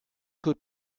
could